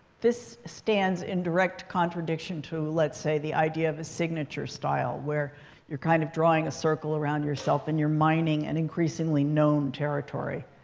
this stands in direct contradiction to, let's say, the idea of a signature style, where you're kind of drawing a circle around yourself and you're mining an increasingly known territory.